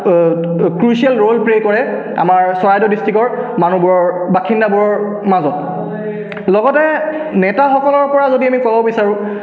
crucial role play কৰে আমাৰ চৰাইদেউ ডিষ্ট্ৰিক্টৰ মানুহবোৰৰ বাসিন্দাবোৰৰ মাজত লগতে নেতাসকলৰ পৰা যদি আমি ক'ব বিচাৰোঁ